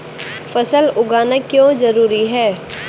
फसल उगाना क्यों जरूरी होता है?